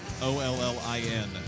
O-L-L-I-N